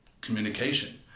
communication